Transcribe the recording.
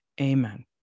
Amen